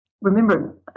remember